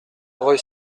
rue